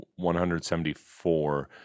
174